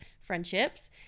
friendships